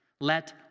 Let